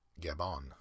Gabon